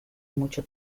mucho